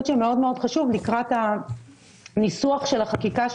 שמאוד חשוב שהן יבואו בחשבון לקראת הניסוח של החקיקה.